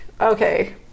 okay